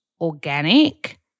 organic